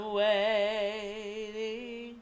waiting